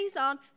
on